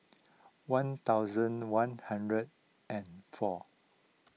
one thousand one hundred and four